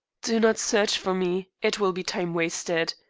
do not search for me it will be time wasted.